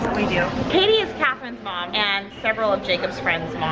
we do. katie is kathryn's mom and several of jacob's friends'